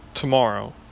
Tomorrow